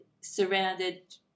surrounded